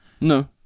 No